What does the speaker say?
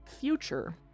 future